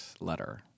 letter